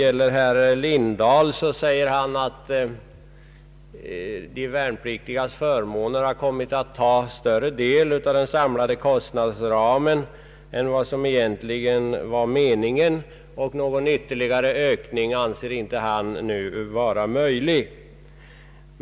Herr Lindblad säger att de värnpliktigas förmåner har kommit att ta större del av den samlade kostnadsramen än vad som egentligen var meningen och att någon ytterligare ökning enligt hans förmenande inte är möjlig.